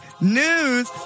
News